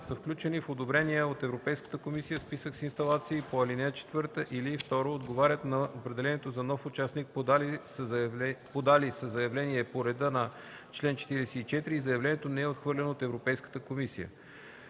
са включени в одобрения от Европейската комисия списък с инсталации по ал. 4, или 2. отговарят на определението за нов участник, подали са заявление по реда на чл. 44 и заявлението не е отхвърлено от Европейската комисия.